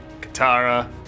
Katara